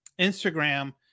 Instagram